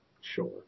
Sure